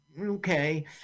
okay